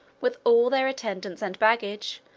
with all their attendants and baggage,